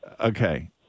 Okay